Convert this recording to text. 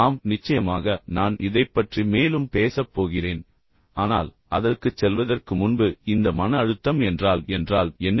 ஆம் நிச்சயமாக நான் இதைப் பற்றி மேலும் பேசப் போகிறேன் ஆனால் அதற்குச் செல்வதற்கு முன்பு இந்த மன அழுத்தம் என்றால் என்றால் என்ன